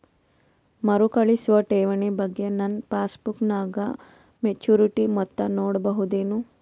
ಮರುಕಳಿಸುವ ಠೇವಣಿ ಬಗ್ಗೆ ನನ್ನ ಪಾಸ್ಬುಕ್ ನಾಗ ಮೆಚ್ಯೂರಿಟಿ ಮೊತ್ತ ನೋಡಬಹುದೆನು?